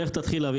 לך תתחיל להביא,